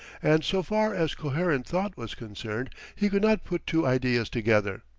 and so far as coherent thought was concerned, he could not put two ideas together.